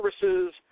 services